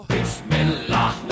Bismillah